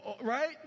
right